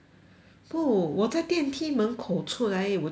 no 我在电梯门口出来而已我就必须